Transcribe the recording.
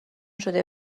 شده